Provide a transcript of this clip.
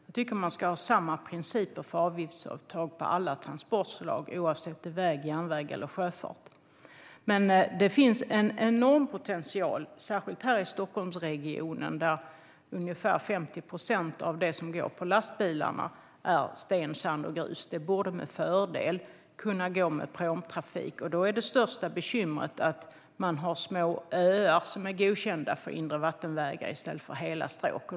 Jag tycker att man ska ha samma principer för avgiftsuttag för alla transportslag oavsett om det är väg, järnväg eller sjöfart. Det finns en enorm potential särskilt här i Stockholmsregionen där ungefär 50 procent av det som går på lastbilar är sten, sand och grus. Det borde med fördel kunna gå med pråmtrafik. Det största bekymret är att man har små öar som är godkända för inre vattenvägar i stället för hela stråk.